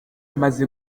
amaze